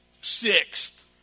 sixth